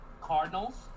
Cardinals